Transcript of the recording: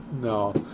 No